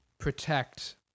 Protect